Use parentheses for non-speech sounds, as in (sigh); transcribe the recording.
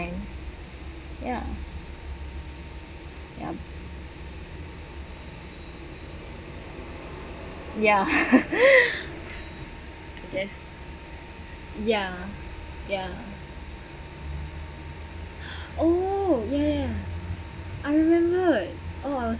mind ya ya (laughs) yes ya ya oh ya ya I remember I was